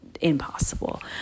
impossible